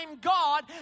God